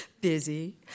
Busy